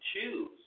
choose